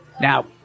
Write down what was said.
Now